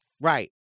Right